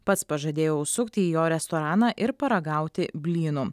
pats pažadėjo užsukti į jo restoraną ir paragauti blynų